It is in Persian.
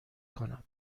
کنم